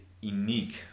unique